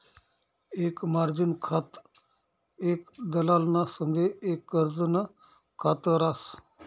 एक मार्जिन खातं एक दलालना संगे एक कर्जनं खात रास